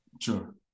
Sure